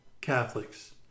Catholics